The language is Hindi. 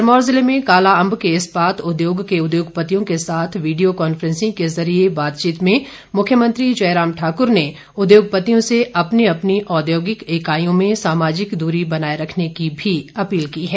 सिरमौर जिले में काला अम्ब के इस्पात उद्योग के उद्योगपतियों के साथ वीडियो कांफ्रेंसिंग के जरिए बातचीत में मुख्यमंत्री जयराम ठाक्र ने उद्योगपतियों से अपनी अपनी औद्योगिक इकाईयों में सामाजिक दूरी बनाए रखने की भी अपील की है